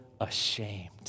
ashamed